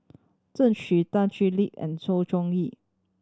Xu Tan Thoon Lip and Sng Choon Yee